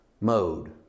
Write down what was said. mode